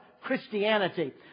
Christianity